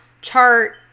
chart